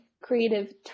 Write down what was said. creative